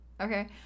Okay